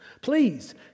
Please